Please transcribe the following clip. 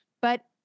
but-